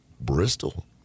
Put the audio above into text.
Bristol